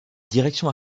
direction